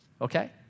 Okay